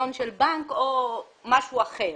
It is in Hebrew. סגנון של בנק או משהו אחר.